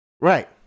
right